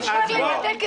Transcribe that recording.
-- -אתה משתלט לי על הדיון.